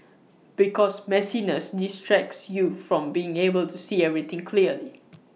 because messiness distracts you from being able to see everything clearly